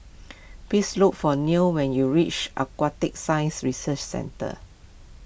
please look for Neil when you reach Aquatic Science Research Centre